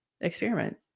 experiment